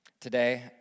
Today